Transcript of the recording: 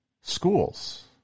schools